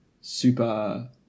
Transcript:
super